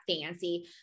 fancy